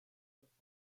perform